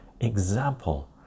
Example